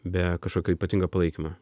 be kažkokio ypatingo palaikymo